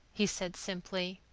he said simply.